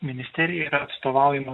ministerija yra atstovaujama